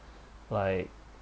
like